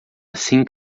assim